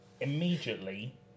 immediately